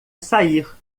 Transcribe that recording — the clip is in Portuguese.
sair